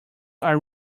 are